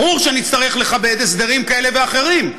ברור שנצטרך לכבד הסדרים כאלה ואחרים,